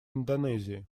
индонезии